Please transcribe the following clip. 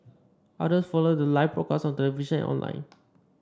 others followed the live broadcast on television and online